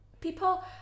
people